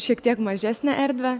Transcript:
šiek tiek mažesnę erdvę